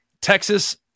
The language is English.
Texas